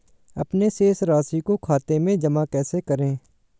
अपने शेष राशि को खाते में जमा कैसे करें?